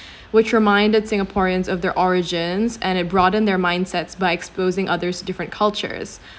which reminded singaporeans of their origins and it broadened their mindsets by exposing others' different cultures